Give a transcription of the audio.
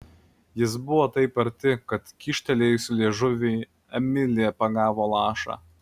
jis buvo taip arti kad kyštelėjusi liežuvį emilė pagavo lašą